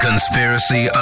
Conspiracy